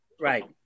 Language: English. Right